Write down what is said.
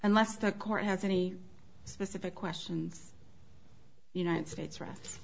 unless the court has any specific questions united states r